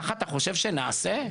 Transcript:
ככה אתה חושב שנעשה?